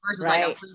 Right